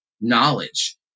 knowledge